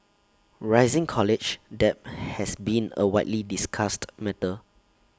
rising college debt has been A widely discussed matter